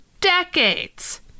decades